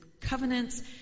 covenants